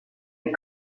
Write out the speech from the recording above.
est